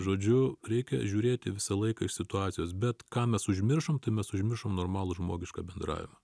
žodžiu reikia žiūrėti visą laiką iš situacijos bet ką mes užmiršom tai mes užmiršom normalų žmogišką bendravimą